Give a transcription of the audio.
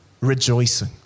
rejoicing